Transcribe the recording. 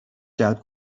جلب